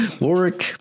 Work